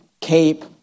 cape